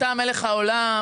אתה מלך העולם,